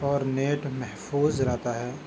اور نیٹ محفوظ رہتا ہے